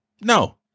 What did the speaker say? No